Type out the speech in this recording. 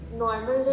normal